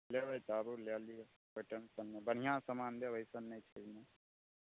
लेबै तऽ आबू लै लिऔ बढ़िआँ समान देब अइसन नहि छै ने